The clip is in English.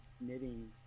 knitting